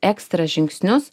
ekstra žingsnius